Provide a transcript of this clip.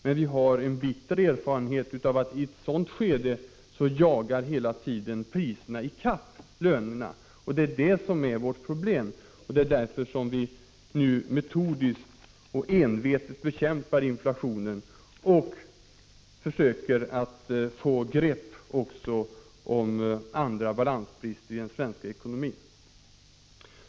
Men vi har en bitter erfarenhet av att priserna i ett sådant skede hela tiden jagar i kapp lönerna. Detta är vårt problem. Det är därför vi nu metodiskt och envetet bekämpar inflationen och försöker få grepp även om andra balansbrister i den svenska ekonomin.